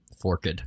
Forked